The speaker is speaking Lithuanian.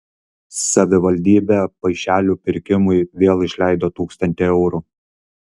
savivaldybė paišelių pirkimui vėl išleido tūkstantį eurų